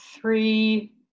three